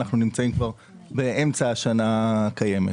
אנחנו נמצאים כבר באמצע השנה הקיימת.